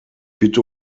bitte